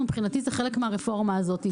מבחינתי זה חלק מהרפורמה הזאת,